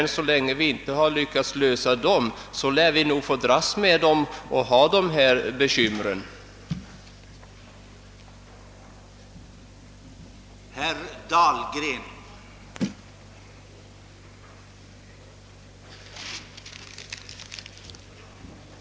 Så länge man inte lyckats lösa problemet får vi dras med det och ha dessa bekymmer — och de lär nog vara ett bra tag.